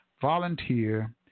volunteer